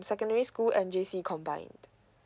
secondary school and J C combined